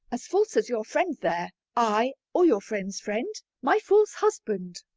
as false as your friend there ay, or your friend's friend, my false husband.